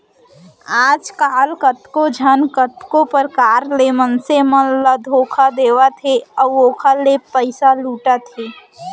आजकल कतको झन कतको परकार ले मनसे मन ल धोखा देवत हे अउ ओखर ले पइसा लुटत हे